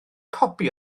copi